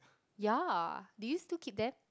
yeah do you still keep that